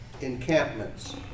encampments